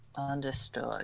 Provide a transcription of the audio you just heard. understood